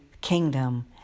Kingdom